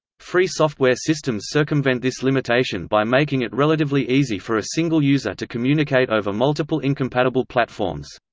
free software systems circumvent this limitation by making it relatively easy for a single user to communicate over multiple incompatible platforms.